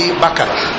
bakara